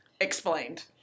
explained